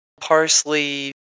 parsley